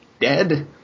dead